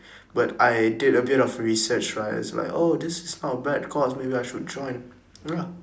but I did a bit of research right it's like oh this is not a bad course maybe I should join ya